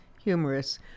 humorous